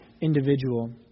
individual